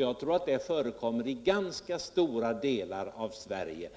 Jag tror att det förekommer i ganska stora delar av Sverige,